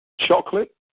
chocolate